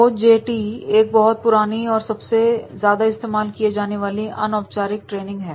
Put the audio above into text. ओ J T एक बहुत ही पुरानी और सबसे ज्यादा इस्तेमाल किए जाने वाली अनौपचारिक ट्रेनिंग है